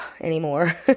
anymore